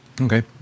Okay